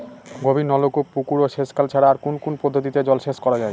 গভীরনলকূপ পুকুর ও সেচখাল ছাড়া আর কোন কোন পদ্ধতিতে জলসেচ করা যায়?